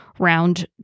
Round